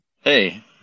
Hey